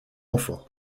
enfants